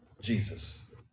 Jesus